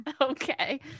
okay